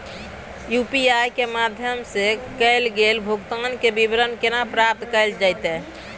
UPI के माध्यम सं कैल गेल भुगतान, के विवरण केना प्राप्त कैल जेतै?